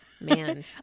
Man